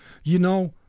you know,